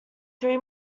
three